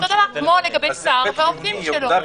אותו דבר כמו לגבי שר והעובדים שלו.